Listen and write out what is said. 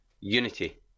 Unity